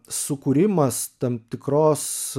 sukūrimas tam tikros